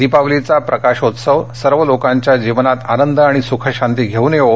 दीपावलीचा प्रकाशोत्सव सर्व लोकांच्या जीवनात आनंद आणि सुख शांती घेऊन येवो